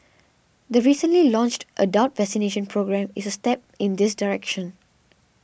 the recently launched adult vaccination programme is a step in this direction